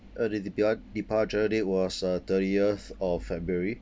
uh the de~ de~ departure date was uh thirtieth of february